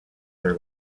their